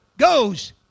Goes